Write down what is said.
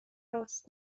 رآس